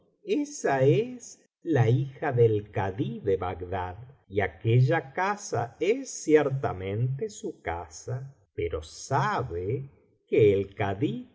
esa es la hija del kadí de bagdad y aquella casa es ciertamente su casa pero sabe que el